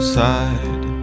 side